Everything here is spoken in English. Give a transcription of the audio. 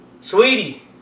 Sweetie